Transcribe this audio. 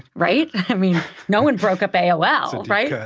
right? i mean no one broke up aol, right? yeah